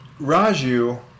Raju